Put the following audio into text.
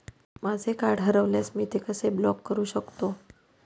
माझे कार्ड हरवल्यास मी ते कसे ब्लॉक करु शकतो?